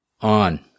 On